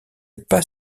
pas